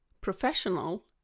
professional